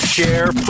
Share